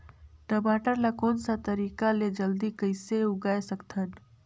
टमाटर ला कोन सा तरीका ले जल्दी कइसे उगाय सकथन?